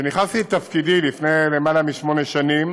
כשנכנסתי לתפקידי לפני למעלה משמונה שנים